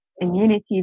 immunity